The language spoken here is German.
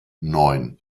neun